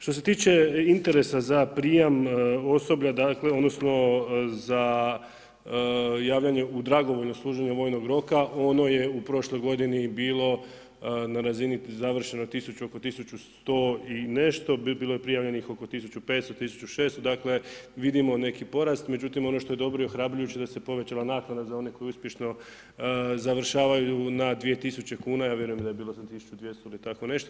Što se tiče interesa za prijam osoblja, odnosno za javljanje u dragovoljno služenje vojnog roka, ono je u prošloj godini bilo na razini završeno oko 1100 i nešto, bilo je prijavljenih oko 1500, 1600, dakle vidimo neki porast, međutim ono što je dobro i ohrabrujuće da se povećala naknada za one koji uspješno završavaju na 2000kn, vjerujem da je bilo za 1200 ili tako nešto.